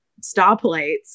stoplights